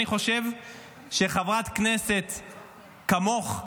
אני חושב שחברת כנסת כמוך,